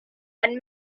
and